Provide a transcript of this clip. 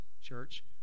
church